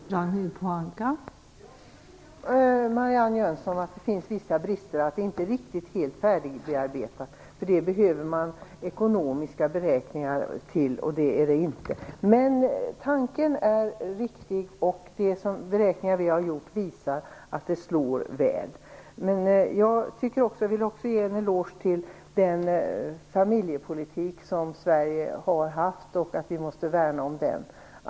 Fru talman! Jag håller med Marianne Jönsson att det finns vissa brister och att det inte riktigt är helt färdigbearbetat. För det behöver man ekonomiska beräkningar, och det finns inte. Men tanken är riktig. De beräkningar som vi har gjort visar att det slår väl ut. Jag vill också ge en eloge till den familjepolitik som Sverige har haft, och vi måste värna om den.